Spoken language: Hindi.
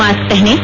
मास्क पहनें